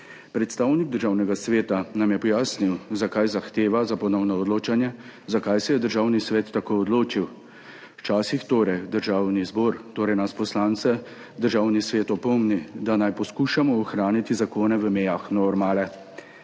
Predstavnik Državnega sveta nam je pojasnil, zakaj zahteva za ponovno odločanje, zakaj se je Državni svet tako odločil. Včasih torej Državni zbor, torej nas poslance, Državni svet opomni, da naj poskušamo ohraniti zakone v mejah normale.